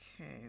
okay